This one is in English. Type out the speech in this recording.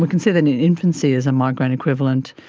we can see that in infancy as a migraine equivalent,